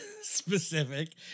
specific